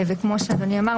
וכמו שאדוני אמר,